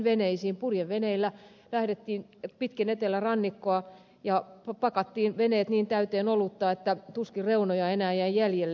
purjeveneillä lähdettiin pitkin etelärannikkoa ja pakattiin veneet niin täyteen olutta että tuskin reunoja enää jäi jäljelle